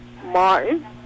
Martin